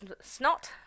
snot